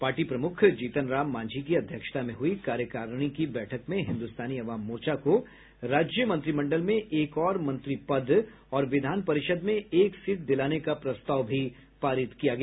party प्रमुख जीतन राम मांझी की अध्यक्षता में हुई कार्यकारिणी की बैठक में हिन्दुस्तानी अवाम मोर्चा को राज्य मंत्रिमंडल में एक और मंत्री पद और विधान परिषद् में एक सीट दिलाने का प्रस्ताव भी पारित किया गया